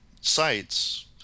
sites